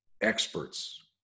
experts